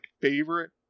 favorite